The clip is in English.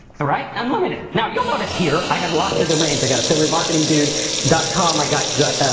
right, unlimited, now you'll notice here i have lots of domains, i got affiliatemarketingdude dot com i got got